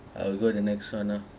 I'll go the next one ah